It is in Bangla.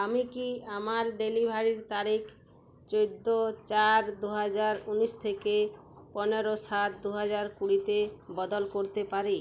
আমি কি আমার ডেলিভারির তারিখ চোদ্দো চার দু হাজার ঊনিশ থেকে পনেরো সাত দু হাজার কুড়িতে বদল করতে পারি